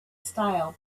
style